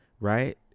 right